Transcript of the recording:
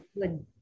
good